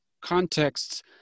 contexts